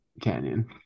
canyon